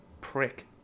prick